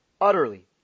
utterly